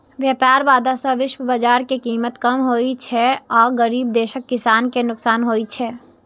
व्यापार बाधा सं विश्व बाजार मे कीमत कम होइ छै आ गरीब देशक किसान कें नुकसान होइ छै